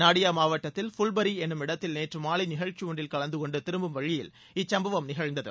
நாடியா மாவட்டத்தில் ஃபுவ்பரி என்னும் இடத்தில் நேற்று மாலை நிகழ்ச்சி ஒன்றில் கலந்து கொண்டு திரும்பும் வழியில் இச்சம்பவம் நிகழ்ந்தது